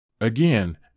Again